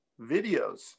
videos